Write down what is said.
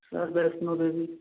sir Vaishno Devi